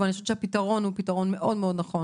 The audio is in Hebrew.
ואני חושבת שהפתרון הוא פתרון מאוד מאוד נכון,